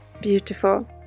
Beautiful